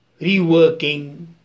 reworking